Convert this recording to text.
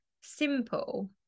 simple